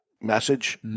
message